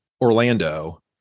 Orlando